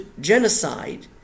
genocide